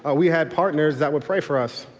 ah we had partners that would pray for us.